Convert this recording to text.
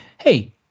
hey